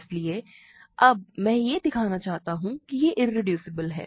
इसलिए अब मैं यह दिखाना चाहता हूं कि यह इरेड्यूसिबल है